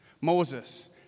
Moses